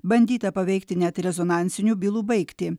bandyta paveikti net rezonansinių bylų baigtį